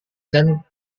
dan